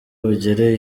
bugere